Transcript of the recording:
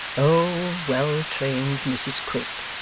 oh! well-trained mrs quilp